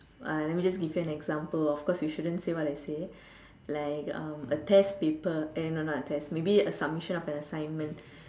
I let me just give you an example of because you shouldn't say what I say like um a test paper eh no no not a test maybe a submission of a assignment